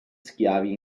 schiavi